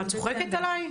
מה את צוחקת עליי?